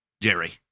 Jerry